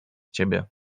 ciebie